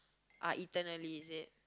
are eaten early is it